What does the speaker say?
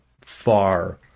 far